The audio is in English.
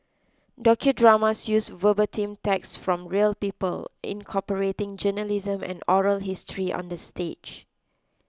docudramas use verbatim text from real people incorporating journalism and oral history on the stage